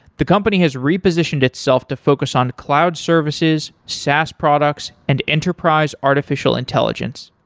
the company has repositioned itself to focus on cloud services, saas products and enterprise artificial intelligence.